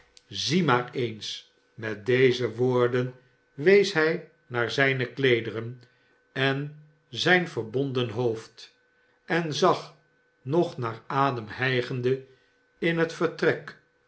zie maar eens met deze woorden wees hij naar zijne kleederen en zijn verbonden ho jfd en zag nog naar adem hijgende in het vertrek